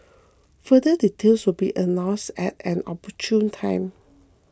further details will be announced at an opportune time